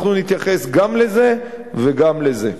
אנחנו נתייחס גם לזה וגם לזה.